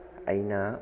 ꯑꯩꯅ